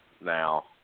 now